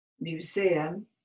Museum